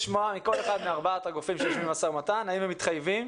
מכל אחד מארבעת הגופים שיושבים למשא ומתן האם הם מתחייבים